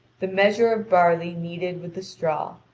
the measure of barley kneaded with the straw,